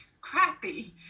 crappy